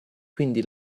quindi